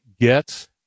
get